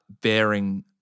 bearing